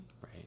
right